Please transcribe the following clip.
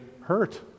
hurt